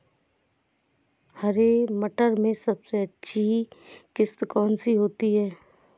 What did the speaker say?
हरे मटर में सबसे अच्छी किश्त कौन सी होती है?